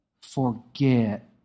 forget